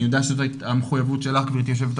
יודע שזאת המחויבות שלך גברתי היושבת ראש,